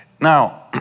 now